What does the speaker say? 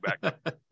back